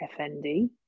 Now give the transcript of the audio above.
FND